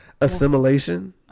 Assimilation